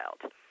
Child